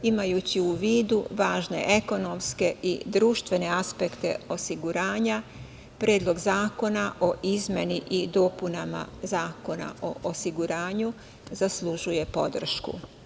Imajući u vidu važne ekonomske i društvene aspekte osiguranja, Predlog zakona o izmeni i dopunama Zakona o osiguranju zaslužuje podršku.